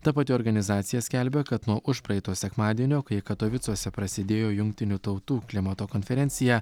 ta pati organizacija skelbia kad nuo užpraeito sekmadienio kai katovicuose prasidėjo jungtinių tautų klimato konferenciją